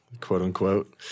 quote-unquote